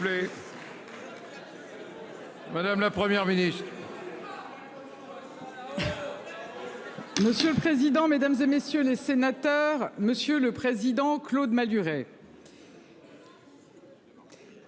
Monsieur le président, Mesdames, et messieurs les sénateurs, monsieur le président, Claude Malhuret.